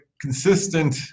consistent